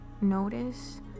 notice